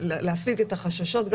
להפיג את החששות,